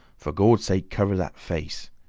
for gawd's sake, cover that face!